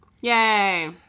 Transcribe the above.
Yay